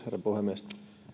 herra puhemies